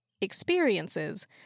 experiences